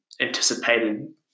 anticipated